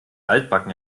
altbacken